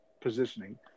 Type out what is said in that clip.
positioning